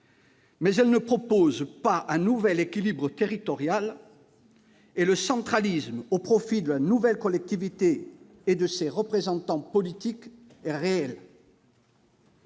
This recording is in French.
sans proposer un nouvel équilibre territorial. Le centralisme, au profit de la nouvelle collectivité et de ses représentants politiques, est réel.